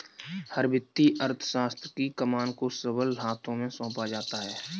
हर वित्तीय अर्थशास्त्र की कमान को सबल हाथों में सौंपा जाता है